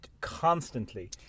constantly